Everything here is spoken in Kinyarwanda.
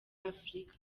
afurika